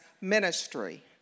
ministry